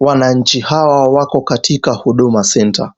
Wananchi hawa wako katika huduma centre